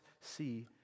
see